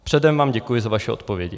Předem vám děkuji za vaše odpovědi.